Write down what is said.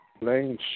playing